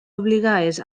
obligades